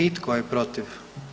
I tko je protiv?